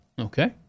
Okay